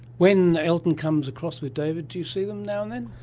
when elton comes across with david, do you see them now and then?